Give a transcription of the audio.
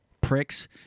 pricks